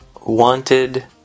wanted